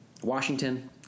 Washington